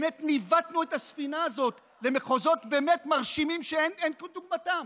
ניווטנו את הספינה הזאת למחוזות באמת מרשימים שאין כדוגמתם.